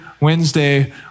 Wednesday